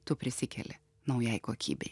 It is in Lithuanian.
tu prisikeli naujai kokybei